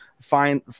find